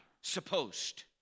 supposed